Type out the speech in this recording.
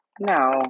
No